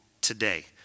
today